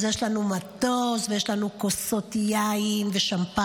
אז יש לנו מטוס ויש לנו כוסות יין ושמפניה